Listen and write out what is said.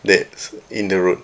that's in the road